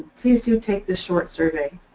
please do take this short survey.